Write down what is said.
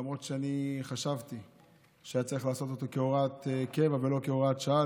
למרות שאני חשבתי שהיה צריך לעשות אותו כהוראת קבע ולא כהוראת שעה,